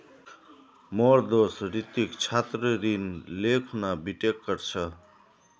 मोर दोस्त रितिक छात्र ऋण ले खूना बीटेक कर छ